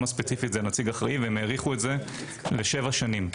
הספציפי זה נציג אחראי והם האריכו את זה לשבע שנים.